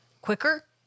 quicker